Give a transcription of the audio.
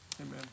Amen